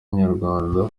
inyarwanda